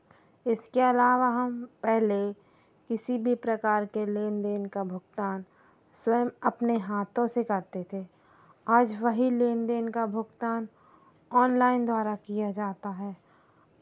इसके अलावा हम पहले किसी भी प्रकार के लेनदेन का भुगतान स्वयं अपने हाथों से करते थे आज वही लेनदेन का भुगतान ऑनलाइन द्वारा किया जाता है